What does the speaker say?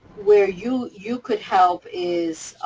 where you you could help is,